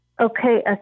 Okay